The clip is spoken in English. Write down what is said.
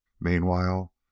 Meanwhile